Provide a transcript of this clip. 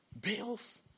bills